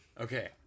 Okay